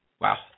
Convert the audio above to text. Wow